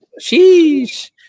sheesh